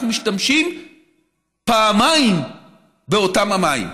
אנחנו משתמשים פעמיים באותם המים,